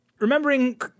Remembering